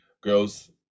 girls